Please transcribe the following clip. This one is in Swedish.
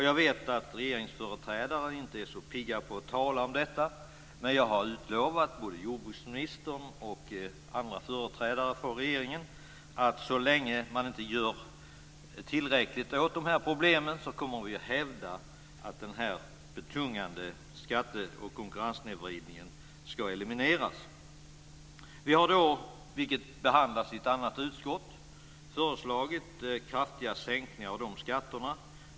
Jag vet att regeringsföreträdare inte är så pigga på att tala om detta men jag har lovat både jordbruksministern och andra företrädare för regeringen att så länge man inte gör tillräckligt mycket åt de här problemen kommer vi att hävda att den här betungande skatte och konkurrenssnedvridningen ska elimineras. Vi har, vilket behandlas i ett annat utskott, föreslagit kraftiga skattesänkningar i det här sammanhanget.